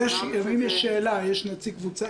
ואם יש שאלה, יש נציג קבוצה.